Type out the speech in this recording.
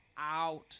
out